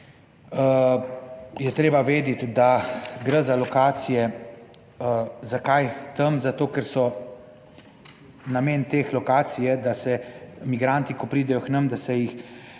je treba vedeti, da gre za lokacije. Zakaj tam? Zato ker so, namen teh lokacij je, da se migranti, ko pridejo k nam, da ne